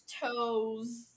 toes